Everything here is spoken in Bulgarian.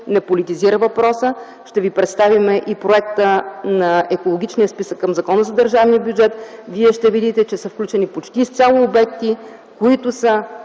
не политизира въпроса. Ще ви представим проекта на екологичния списък към Закона за държавния бюджет. Вие ще видите, че са включени почти изцяло обекти, които са